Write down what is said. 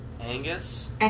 angus